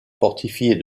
fortifiée